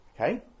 Okay